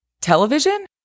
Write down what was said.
television